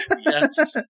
Yes